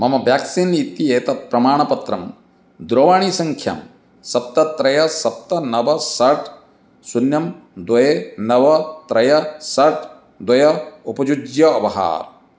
मम व्याक्सीन् इत्येतत् प्रमाणपत्रं दूरवाणीसङ्ख्यां सप्त त्रय सप्त नव षट् शून्यं द्वे नव त्रय षट् द्वे उपयुज्य अवहर